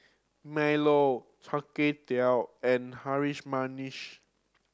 milo Char Kway Teow and Harum Manis